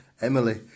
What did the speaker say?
Emily